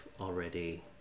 already